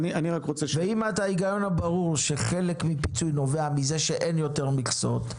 ואם ההיגיון הברור שחלק מפיצוי נובע מזה שאין יותר מכסות,